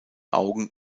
augen